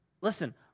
Listen